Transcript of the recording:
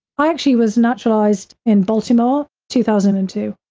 i actually was naturalized in baltimore, two thousand and two.